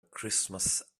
christmas